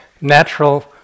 natural